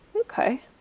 Okay